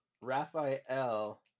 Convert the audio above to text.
raphael